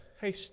Hey